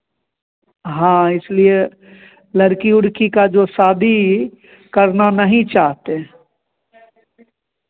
हाँ इसलिए लड़की उड़की का जो शादी करना नहीं चाहते